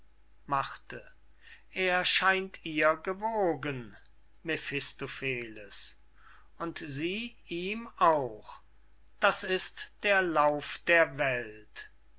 sommervögel er scheint ihr gewogen mephistopheles und sie ihm auch das ist der lauf der welt